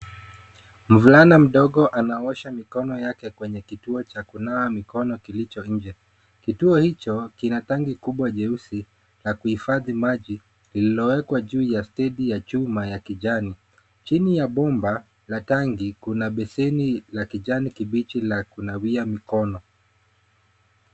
Mvulana mdogo anosha mikono yake kwenye kituo cha kunawa mikono kilicho nje. Kituo hicho kina tangi kubwa jeusi la kuhifadhi maji lililowekwa juu ya stedi ya chuma ya kijani, chini ya bomba la tangi kuna beseni la kijani kibichi la kunawia mikono.